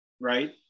right